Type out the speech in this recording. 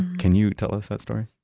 can you tell us that story?